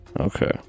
Okay